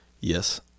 Yes